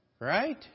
Right